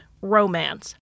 romance